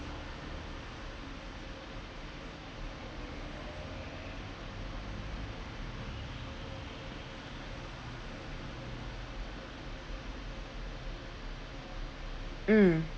mm